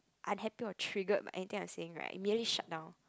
unhappy or trigger anything I saying right merely shut down